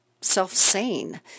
self-sane